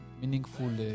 meaningful